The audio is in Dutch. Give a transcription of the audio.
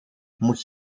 moet